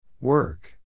Work